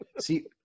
See